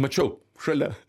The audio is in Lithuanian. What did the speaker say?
mačiau šalia